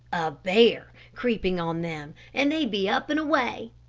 a bear creeping on them, and they'd be up and away.